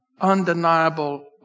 undeniable